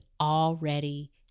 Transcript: already